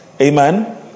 Amen